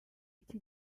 iki